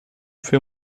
für